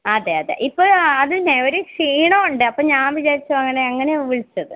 അതെ അതെ ഇപ്പോഴും അത് തന്നെ ഒരു ക്ഷീണം ഉണ്ട് അപ്പം ഞാൻ വിചാരിച്ചു ആവനെ അങ്ങനെയാണ് വിളിച്ചത്